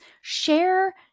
share